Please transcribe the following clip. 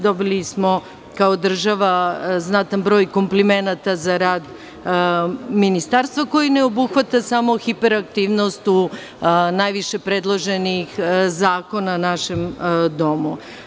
Dobili smo kao država znatan broj komplimenata za rad Ministarstva, koji ne obuhvata samo hiperaktivnost u najviše predloženih zakona u našem domu.